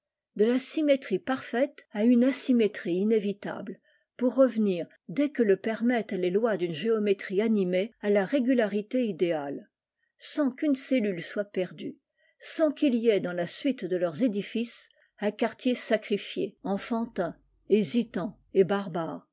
de tnétrie parfaite à une asymétrie inévic pour revenir dès que le permettent les d'une géométrie animée à la régularité idéale sans qu'une cellule soit perdue sans qu'il y ait dans la suite de leurs édifices un quartier sacrifié enfantin hésitant et barbare